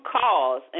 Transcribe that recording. cause